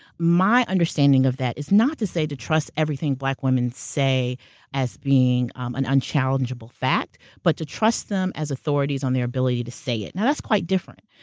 my understanding of that is not to say to trust everything black women say as being an unchallengeable fact, but to trust them as authorities on their ability to say it. now that's quite different.